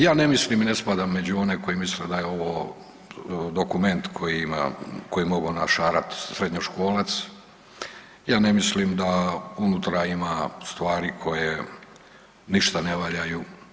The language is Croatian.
Ja ne mislim i ne spadam među one koji misle da je ovo dokument koji ima, koji je mogao našarati srednjoškolac, ja ne mislim da unutra ima stvari koje ništa ne valjaju.